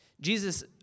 Jesus